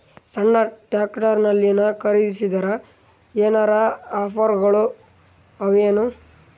ಸಣ್ಣ ಟ್ರ್ಯಾಕ್ಟರ್ನಲ್ಲಿನ ಖರದಿಸಿದರ ಏನರ ಆಫರ್ ಗಳು ಅವಾಯೇನು?